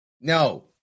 No